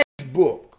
Facebook